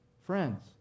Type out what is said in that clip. friends